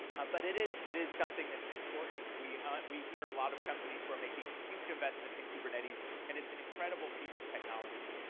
ah but it is it is something important. we we hear a lot of companies who are making huge investments in kubernetes and it's an incredible piece of technology.